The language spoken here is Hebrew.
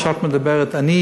שאת מדברת עליו,